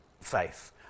faith